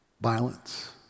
Violence